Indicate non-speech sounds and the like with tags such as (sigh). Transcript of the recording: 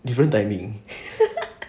different timing (laughs)